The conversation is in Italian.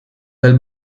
del